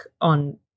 on